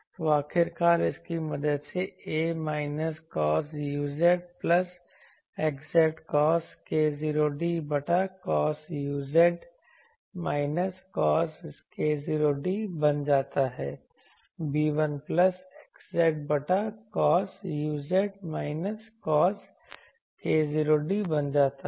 तो आखिरकार इसकी मदद से 'a' minus cos uz plus xz cos k0d बटा cos uz minus cos k0d बन जाता है b 1 प्लस xzबटा cos uz minus cos k0d बन जाता है